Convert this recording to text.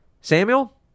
Samuel